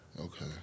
Okay